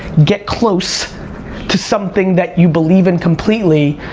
get close to something that you believe in completely,